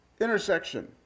intersection